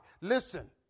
Listen